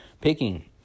picking